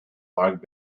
park